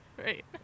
Right